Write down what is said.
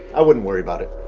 i wouldn't worry about it.